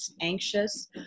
anxious